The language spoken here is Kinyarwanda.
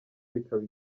bikaba